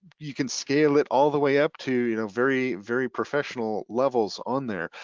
you can scale it all the way up to you know very, very professional levels on there.